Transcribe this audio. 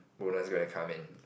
bonus gonna come in